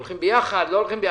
הולכים ביחד או לא הולכים ביחד.